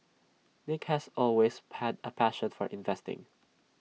nick has always had A passion for investing